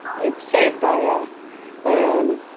yeah saved by ah my own